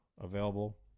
available